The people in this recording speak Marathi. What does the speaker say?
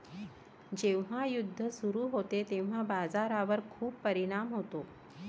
जेव्हा युद्ध सुरू होते तेव्हा बाजारावर खूप परिणाम होतो